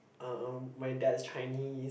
uh um my dad's Chinese